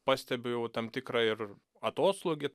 pastebiu jau tam tikrą ir atoslūgį